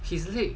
his leg